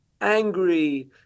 angry